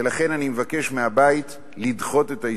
ולכן אני מבקש מהבית לדחות את ההסתייגויות.